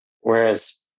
whereas